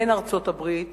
בין ארצות-הברית